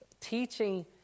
teaching